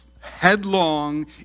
headlong